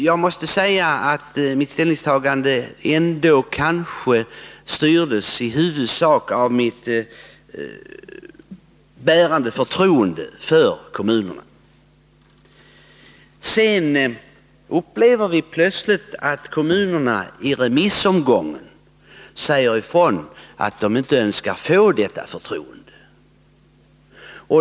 Jag måste säga att mitt ställningstagande i utredningen ändå kanske styrdes i huvudsak av mitt förtroende för kommunerna. Sedan upplever vi plötsligt att kommunerna i remissomgången säger ifrån att de inte önskar få detta förtroende.